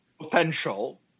potential